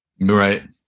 Right